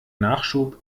nachschub